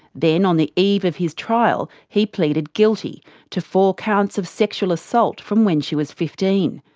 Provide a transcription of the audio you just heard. then on the eve of his trial, he pleaded guilty to four counts of sexual assault from when she was fifteen.